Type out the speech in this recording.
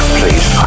please